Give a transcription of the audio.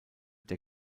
der